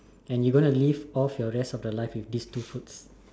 and you going to live off the rest of your life with this two foods